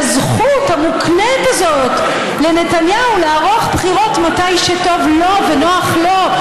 הזכות המוקנית הזאת לנתניהו לערוך בחירות מתי שטוב לו ונוח לו,